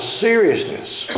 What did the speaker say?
seriousness